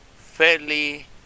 fairly